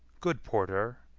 good porter,